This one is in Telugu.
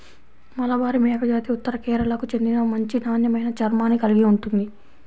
మలబారి మేకజాతి ఉత్తర కేరళకు చెందిన మంచి నాణ్యమైన చర్మాన్ని కలిగి ఉంటుంది